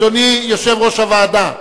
אדוני יושב-ראש הוועדה,